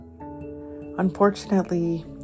Unfortunately